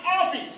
office